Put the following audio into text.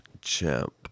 Champ